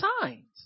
signs